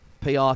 PR